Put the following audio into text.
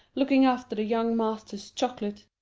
looking after the young master's chocolate.